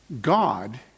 God